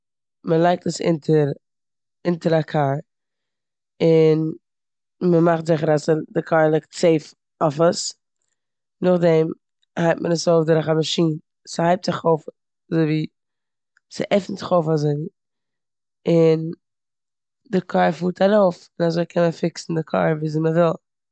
מ'לייגט עס אונטער אונטער א קאר און מ'מאכט זיכער אז ס- די קאר ליגט סעיף אויף עס. נאכדעם הייבט מען עס אויף דורך א מאשין, ס'הייבט זיך אויף אזויווי- ס'עפנט זיך אויף אזויווי און די קאר פארט ארויף און אזוי קען מען פיקסן די קאר וויאזוי מ'וויל.